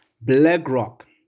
BlackRock